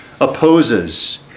opposes